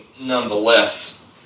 nonetheless